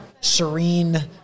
serene